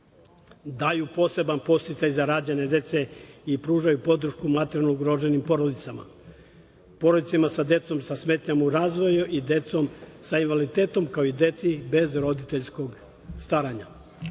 daju poseban podsticaj za rađanje dece i pružaju podršku materijalno ugroženim porodicama, porodicama sa decom sa smetnjama u razvoju i decom sa invaliditetom, kao i deci bez roditelja staranja.